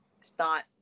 start